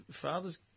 father's